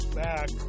back